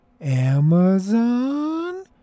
Amazon